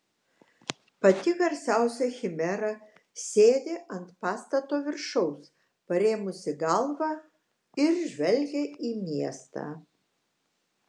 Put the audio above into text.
pati garsiausia chimera sėdi ant pastato viršaus parėmusi galvą ir žvelgia į miestą